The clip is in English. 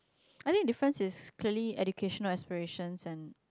I think the different is clearly education aspiration and